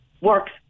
works